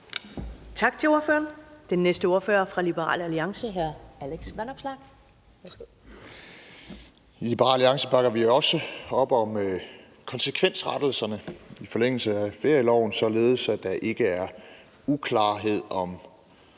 I Liberal Alliance bakker vi også op om konsekvensrettelserne i forlængelse af ferieloven, således at der ikke er uklarhed om